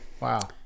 Wow